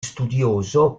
studioso